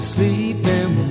Sleeping